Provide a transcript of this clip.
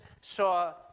saw